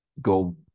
go